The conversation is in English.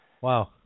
wow